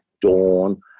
dawn